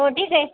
हो ठीक आहे